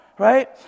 Right